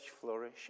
flourish